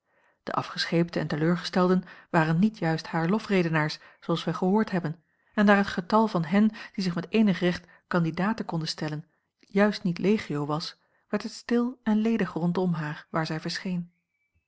de afgescheepten en teleurgestelden waren niet juist hare lofredenaars zooals wij gehoord hebben en daar het getal van hen die zich met eenig recht candidaten konden stellen juist niet legio was werd het stil en ledig rondom haar waar zij verscheen